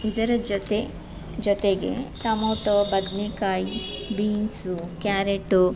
ಇದರ ಜೊತೆ ಜೊತೆಗೆ ಟೊಮೊಟೊ ಬದನೇಕಾಯಿ ಬೀನ್ಸು ಕ್ಯಾರೆಟು